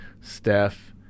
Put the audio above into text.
Steph